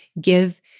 give